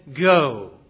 go